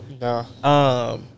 No